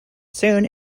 soon